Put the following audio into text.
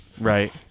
Right